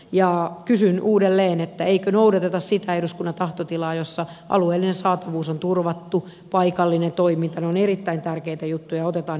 ja kysyn uudelleen että eikö noudateta sitä eduskunnan tahtotilaa jossa alueellinen saatavuus on turvattu paikallinen toimintaan on erittäin tärkeitä juttuja otetaan